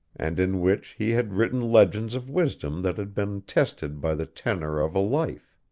and in which he had written legends of wisdom that had been tested by the tenor of a life.